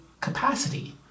capacity